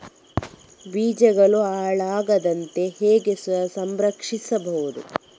ಬೀಜಗಳು ಹಾಳಾಗದಂತೆ ಹೇಗೆ ಸಂರಕ್ಷಿಸಬಹುದು?